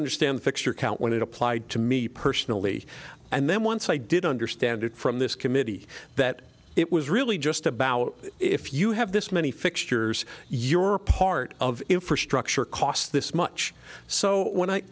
understand fixture count when it applied to me personally and then once i did understand it from this committee that it was really just about if you have this many fixtures you're a part of infrastructure cost this much so when i